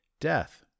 death